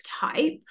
type